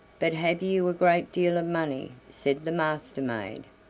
but have you a great deal of money? said the master-maid.